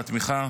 על התמיכה.